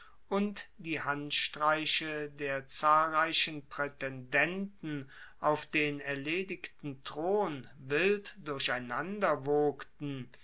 und die handstreiche der zahlreichen praetendenten auf den erledigten thron wild durcheinander wogten